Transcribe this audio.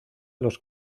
los